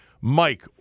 Mike